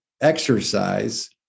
exercise